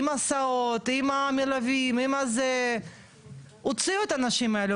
עם הסעות עם המלווים הוציאו את האנשים האלו